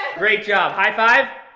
great job. high five?